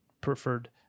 preferred